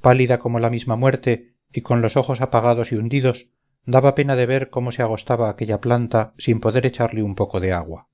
pálida como la misma muerte y con los ojos apagados y hundidos daba pena de ver cómo se agostaba aquella planta sin poder echarle un poco de agua